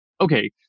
okay